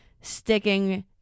sticking